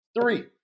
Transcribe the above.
three